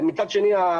ומהצד שני,